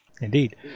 Indeed